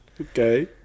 Okay